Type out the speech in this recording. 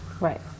Right